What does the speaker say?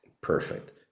perfect